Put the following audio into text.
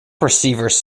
receivers